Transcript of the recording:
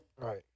Right